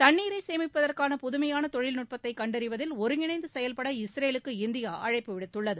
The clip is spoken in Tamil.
தண்ணீரை சேமிப்பதற்கான புதுமையாள தொழில்நுட்பத்தை கண்டறிவதில் ஒருங்கிணைந்து செயல்பட இஸ்ரேலுக்கு இந்தியா அழைப்பு விடுத்துள்ளது